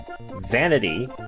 vanity